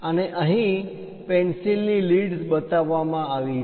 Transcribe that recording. અને અહીં પેન્સિલની લીડ્સ બતાવવામાં આવી છે